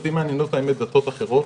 אותי האמת מעניינות דתות אחרות.